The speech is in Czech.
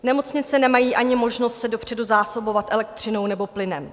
Nemocnice nemají ani možnost se dopředu zásobovat elektřinou nebo plynem.